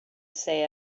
say